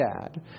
dad